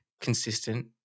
consistent